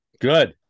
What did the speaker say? Good